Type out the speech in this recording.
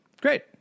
Great